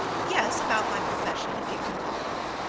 yes, about my profession, if you can call it one